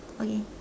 okay